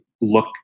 look